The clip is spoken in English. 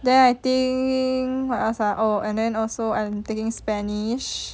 then I think what else ah oh and then also I'm taking spanish